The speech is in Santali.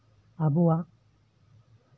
ᱟᱵᱚᱣᱟᱜ